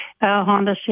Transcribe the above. Honda